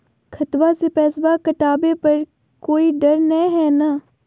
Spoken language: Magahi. खतबा से पैसबा कटाबे पर कोइ डर नय हय ना?